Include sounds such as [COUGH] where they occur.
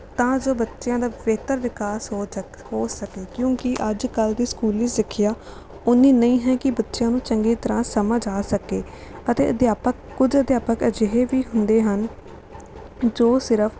ਤਾਂ ਜੋ ਬੱਚਿਆਂ ਦਾ ਬਿਹਤਰ ਵਿਕਾਸ ਹੋ [UNINTELLIGIBLE] ਹੋ ਸਕੇ ਕਿਉਂਕਿ ਅੱਜਕੱਲ੍ਹ ਦੀ ਸਕੂਲੀ ਸਿੱਖਿਆ ਓਨੀ ਨਹੀਂ ਹੈ ਕਿ ਬੱਚਿਆਂ ਨੂੰ ਚੰਗੀ ਤਰ੍ਹਾਂ ਸਮਝ ਆ ਸਕੇ ਅਤੇ ਅਧਿਆਪਕ ਕੁਝ ਅਧਿਆਪਕ ਅਜਿਹੇ ਵੀ ਹੁੰਦੇ ਹਨ ਜੋ ਸਿਰਫ